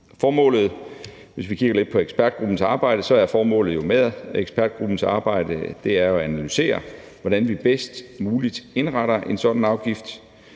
Formålet med ekspertgruppens arbejde er at analysere, hvordan vi bedst muligt indretter en sådan afgift,